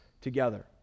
together